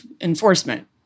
enforcement